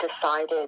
decided